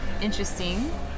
Interesting